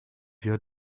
wir